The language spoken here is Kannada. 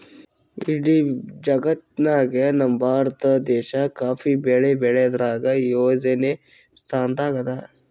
ಇಡೀ ಜಗತ್ತ್ನಾಗೆ ನಮ್ ಭಾರತ ದೇಶ್ ಕಾಫಿ ಬೆಳಿ ಬೆಳ್ಯಾದ್ರಾಗ್ ಯೋಳನೆ ಸ್ತಾನದಾಗ್ ಅದಾ